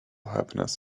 happiness